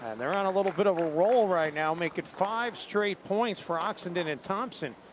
and they're on a little bit of a roll right now, making five straight points for oxenden and thompson.